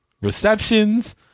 receptions